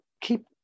keep